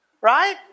right